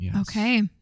Okay